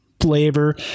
flavor